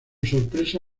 sorpresa